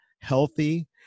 healthy